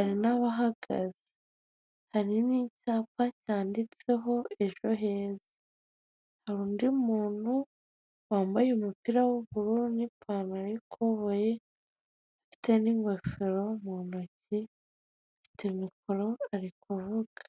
umupolisi umwe azamuye ikiganza yereka mugenzi we uri hakurya. Hari utwaye ipikipiki uri kurebana n'uyu mupolisi.